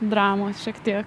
dramos šiek tiek